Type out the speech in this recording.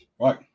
right